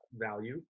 value